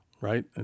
right